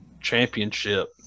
Championship